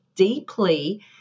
deeply